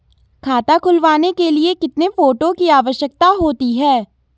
खाता खुलवाने के लिए कितने फोटो की आवश्यकता होती है?